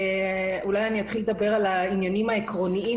אולי אני אתחיל לדבר על העניינים העקרוניים